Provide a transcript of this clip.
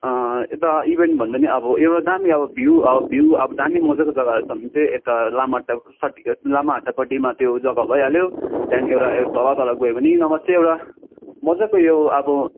यता इभेन्ट भन्दा नि अब एउटा दामी अब भ्यु अब भ्यु अब दामी मजाको जगाहरू छ भने चाहिँ यता लामाहाट्टी सट लामाहाट्टीपट्टि त्यो जग्गा भइहाल्यो त्यहाँ एउटा तल तलको गयो भने नभए चाहिँ एउटा मजाको यो अब